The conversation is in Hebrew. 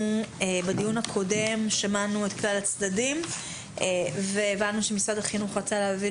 בדיון הקודם שמענו את כלל הצדדים והבנו שמשרד החינוך רצה להביא